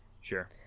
Sure